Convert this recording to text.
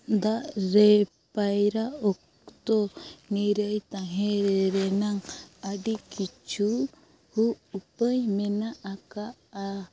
ᱫᱟᱜ ᱨᱮ ᱯᱟᱭᱨᱟᱜ ᱚᱠᱛᱚ ᱱᱤᱨᱟᱹᱭ ᱛᱟᱦᱮᱸ ᱨᱮᱱᱟᱝ ᱟᱹᱰᱤ ᱠᱤᱪᱷᱩ ᱦᱩᱜ ᱩᱯᱟᱹᱭ ᱢᱮᱱᱟᱜ ᱟᱠᱟᱜᱼᱟ